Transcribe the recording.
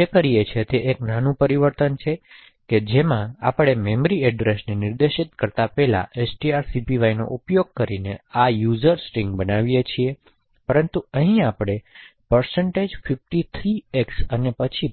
આપણે જે કરીએ છીએ તે એક નાનું પરિવર્તન કરીને આપણે જે કરીએ છીએ તે એ છે કે આપણે મેમરી એડ્રેસને નિર્દિષ્ટ કરતા પહેલા strcpy નો ઉપયોગ કરીને આ વપરાશકર્તા સ્ટ્રિંગ બનાવીએ છીએ પરંતુ અહીં આપણે53x અને પછી